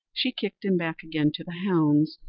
she kicked him back again to the hounds,